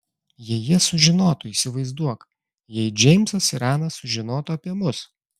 jei jie sužinotų įsivaizduok jei džeimsas ir ana sužinotų apie mus